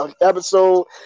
episode